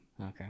Okay